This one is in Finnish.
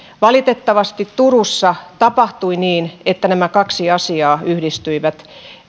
valitettavasti turussa tapahtui niin että nämä kaksi asiaa yhdistyivät